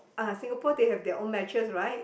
ah Singapore they have their own matches right